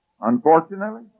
unfortunately